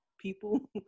people